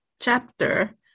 chapter